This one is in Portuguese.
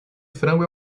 frango